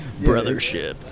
Brothership